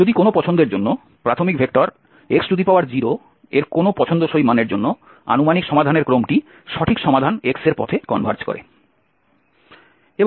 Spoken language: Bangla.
যদি কোন পছন্দের জন্য প্রাথমিক ভেক্টর x0এর কোনও পছন্দসই মানের জন্য আনুমানিক সমাধানের ক্রমটি সঠিক সমাধান x এর পথে কনভার্জ করে